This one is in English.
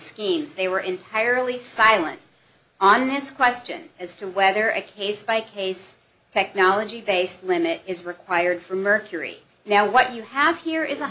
schemes they were entirely silent on this question as to whether a case by case technology based limit is required for mercury now what you have here is a